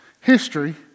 history